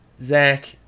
Zach